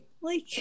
like-